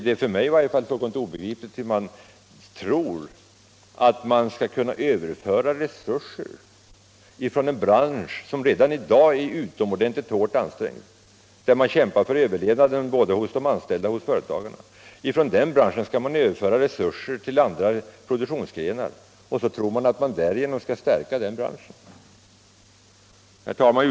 Det är för mig fullkomligt obegripligt hur man kan tro att man skall kunna överföra resurser från en bransch, som redan i dag är utomordentligt hårt ansträngd och där både de anställda och företagaren kämpar för överlevnaden, till andra produktionsgrenar och samtidigt tro att man skall stärka den branschen! Herr talman!